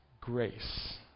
grace